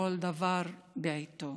וכל דבר בעיתו.